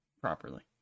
properly